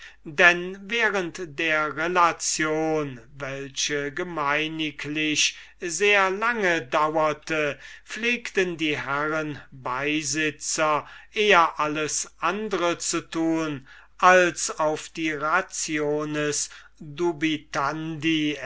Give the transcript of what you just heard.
denn während der relation welche gemeiniglich sehr lange dauerte pflegten die herren beisitzer eher alles andre zu tun als auf die rationes